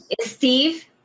Steve